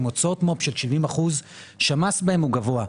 עם הוצאות מו"פ של 70% שהמס בהם הוא גבוה,